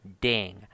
ding